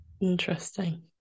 Interesting